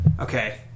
Okay